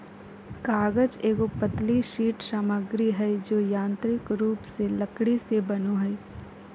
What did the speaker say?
कागज एगो पतली शीट सामग्री हइ जो यांत्रिक रूप से लकड़ी से बनो हइ